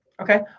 Okay